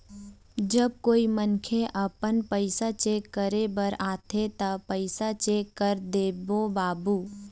जब कोई मनखे आपमन पैसा चेक करे बर आथे ता पैसा चेक कर देबो बाबू?